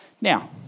Now